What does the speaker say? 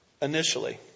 initially